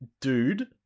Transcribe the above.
dude